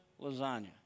lasagna